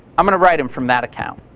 um gonna write him from that account.